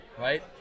Right